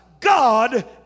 God